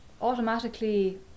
automatically